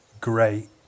great